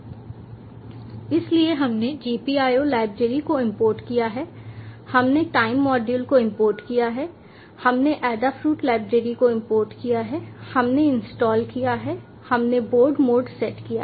इसलिए हमने GPIO library को इंपोर्ट किया है हमने टाइम मॉड्यूल को इंपोर्ट किया है हमने एडाफ्रूट लाइब्रेरी को इंपोर्ट किया है हमने इंस्टॉल किया है हमने बोर्ड मोड सेट किया है